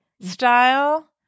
style